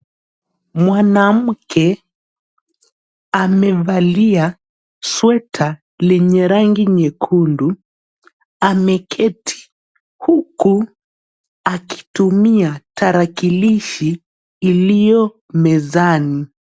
Mwanamke amevalia sweta lenye rangi nyekundu ameketi huku akitumia tarakilishi iliyo mezani.